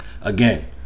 again